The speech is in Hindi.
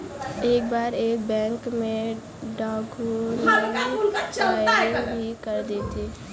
एक बार एक बैंक में डाकुओं ने फायरिंग भी कर दी थी